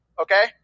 okay